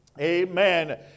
amen